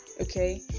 okay